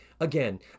again